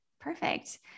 Perfect